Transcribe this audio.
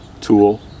tool